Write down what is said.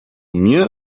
mir